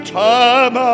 time